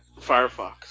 Firefox